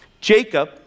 Jacob